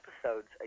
episodes